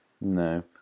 No